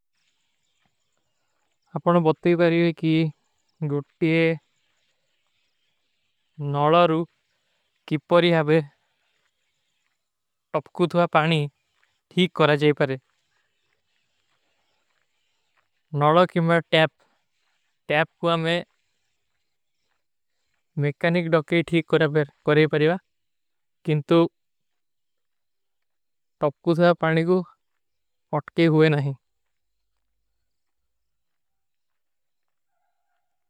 ଆପନୋଂ ବତତେ ହୀ ପରୀଵେ କୀ ଗୁଟ୍ଟୀ ନଲାରୂ କିପରୀ ହାବେ ତପକୁ ଥଵା ପାନୀ ଠୀକ କରା ଜାଈ ପରେଂ। ନଲା କୀମା ଟୈପ କୋ ଆମେଂ ମେକାନିକ ଡୋକରୀ ଠୀକ କରେଂ ପରୀଵା। କିନ୍ତୋ ତପକୁ ଥଵା ପାନୀ କୋ ଅଟକେ ହୁଏ ନାହୀ।